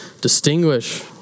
distinguish